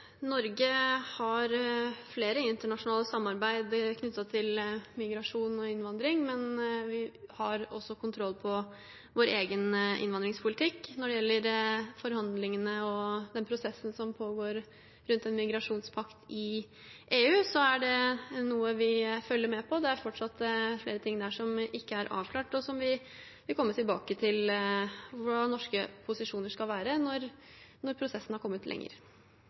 innvandring, og vi har også kontroll på vår egen innvandringspolitikk. Når det gjelder forhandlingene og den prosessen som pågår rundt en migrasjonspakt i EU, er det noe vi følger med på. Det er fortsatt flere ting der som ikke er avklart, og som vi vil komme tilbake til – hvordan norske posisjoner skal være – når prosessen har kommet lenger.